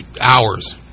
hours